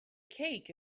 cake